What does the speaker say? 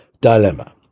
dilemma